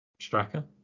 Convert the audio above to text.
Stracker